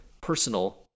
personal